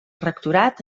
rectorat